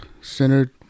centered